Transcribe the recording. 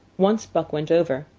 once buck went over,